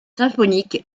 symphonique